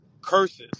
curses